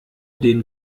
den